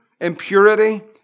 Impurity